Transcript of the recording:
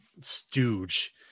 stooge